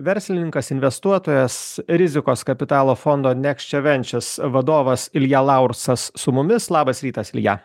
verslininkas investuotojas rizikos kapitalo fondo nekševenčias e vadovas ilja laursas su mumis labas rytas ilja